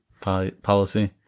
policy